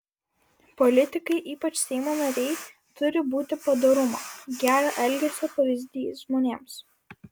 politikai ypač seimo nariai turi būti padorumo gero elgesio pavyzdys žmonėms